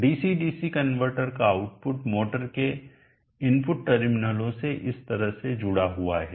DC DC converter का output motor के input टर्मिनलों से इस तरह से जुड़ा हुआ है